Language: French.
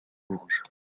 bourges